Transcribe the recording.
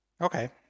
Okay